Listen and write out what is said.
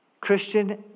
Christian